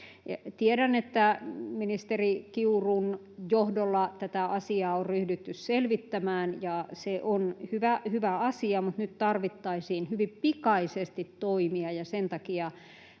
Tiedän, että ministeri Kiurun johdolla tätä asiaa on ryhdytty selvittämään, ja se on hyvä asia, mutta nyt tarvittaisiin hyvin pikaisesti toimia. Sen takia